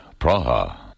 Praha